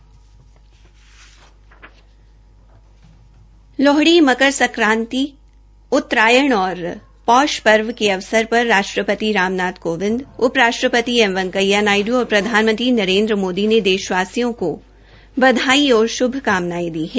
आज लोहड़ी मकर सक्रांति उत्तरायण और पौष पर्व के अवसर पर राष्ट्रपति राम नाथ कोविदं उप राष्ट्रपति एम वैकेंया नायड़ और प्रधानमंत्री नरेन्द्र मोदी ने देशवासियों को बधाई और श्भकामनायें दी है